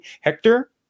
Hector